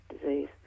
disease